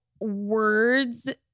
words